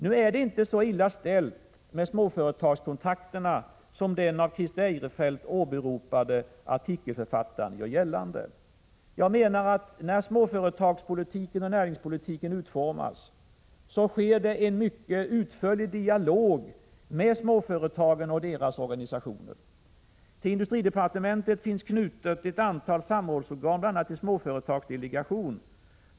Nu är det dock inte så illa ställt med småföretagarkontakterna som den av Christer Eirefelt åberopade artikelförfattaren gör gällande. När småföretagspolitiken och näringspolitiken utformas sker det en mycket utförlig dialog med småföretagen och deras organisationer. Till industridepartementet finns knutna ett antal samrådsorgan, bl.a. en småföretagsdelegation.